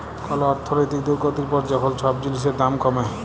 call অর্থলৈতিক দুর্গতির পর যখল ছব জিলিসের দাম কমে